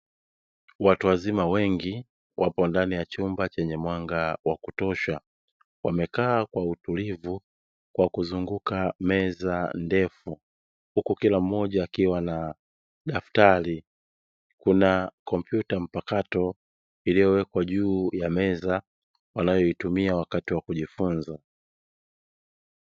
Watu wazima wengi, wapo ndani ya chumba chenye mwanga wa kutosha, wamekaa kwa utulivu kwa kuzunguka meza ndefu, huku kila mmoja na daftari kuna kompyuta mpakato iliyowekwa juu ya meza, wanayoitumia wakati wa kujifunza.